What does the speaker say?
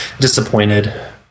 disappointed